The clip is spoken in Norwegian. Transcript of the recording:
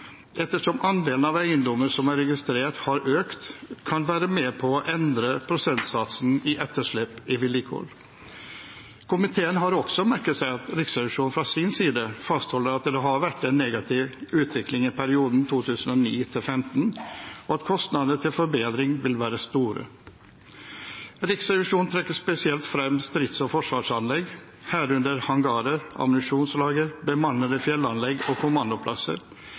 ettersom andelen av eiendommer som er registrert, har økt og kan være med på å endre prosentsatsen i etterslep i vedlikehold. Komiteen har også merket seg at Riksrevisjonen fra sin side fastholder at det har vært en negativ utvikling i perioden 2009–2015, og at kostnadene til forbedring vil være store. Riksrevisjonen trekker spesielt frem strids- og forsvarsanlegg, herunder hangarer, ammunisjonslager, bemannede fjellanlegg og kommandoplasser